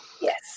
Yes